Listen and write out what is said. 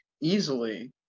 easily